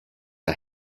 are